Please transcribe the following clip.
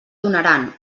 donaran